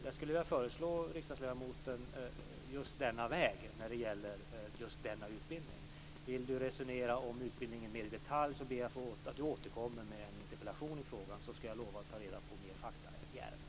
Jag skulle vilja föreslå riksdagsledamoten denna väg när det gäller just denna utbildning. Vill han resonera om utbildningen mer i detalj ber jag honom att återkomma med en interpellation i frågan, så lovar jag att ta reda på mer fakta i ärendet.